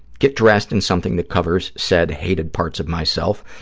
get dressed in something that covers said hated parts of myself,